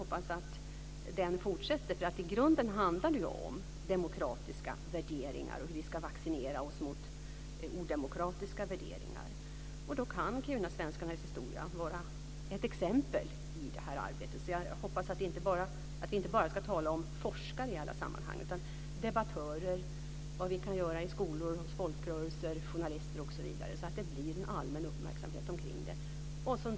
I grunden handlar det om demokratiska värderingar, hur vi ska vaccinera oss mot odemokratiska värderingar. Då kan kirunasvenskarnas historia vara ett exempel. Jag hoppas att vi inte bara ska tala om forskare utan också vad debattörer, skolor, folkrörelser, journalister osv. kan göra, så att det blir en allmän uppmärksamhet omkring frågan.